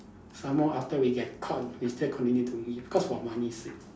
some more after we get caught we still continue doing it because for money sake